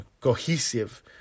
cohesive